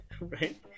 Right